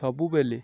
ସବୁବେଳେ